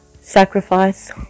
Sacrifice